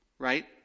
Right